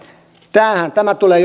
tähän tämä tulee